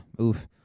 Oof